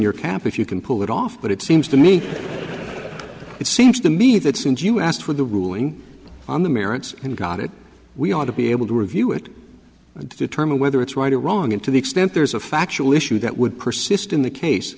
your cap if you can pull it off but it seems to me it seems to me that since you asked for the ruling on the merits and got it we ought to be able to review it to determine whether it's right or wrong to the extent there's a factual issue that would persist in the case